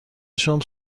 شام